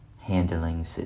handling